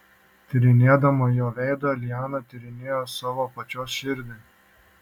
tyrinėdama jo veidą liana tyrinėjo savo pačios širdį